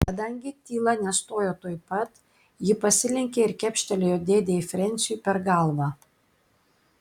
kadangi tyla nestojo tuoj pat ji pasilenkė ir kepštelėjo dėdei frensiui per galvą